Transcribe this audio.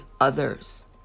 others